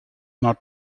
not